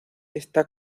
está